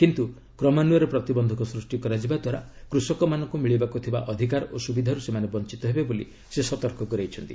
କିନ୍ତୁ କ୍ରମାନ୍ୱୟରେ ପ୍ରତିବନ୍ଧକ ସୃଷ୍ଟି କରାଯିବା ଦ୍ୱାରା କୃଷକମାନଙ୍କୁ ମିଳିବାକୁ ଥିବା ଅଧିକାର ଓ ସୁବିଧାରୁ ସେମାନେ ବଞ୍ଚିତ ହେବେ ବୋଲି ସେ ସତର୍କ କରାଇଛନ୍ତି